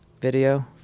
video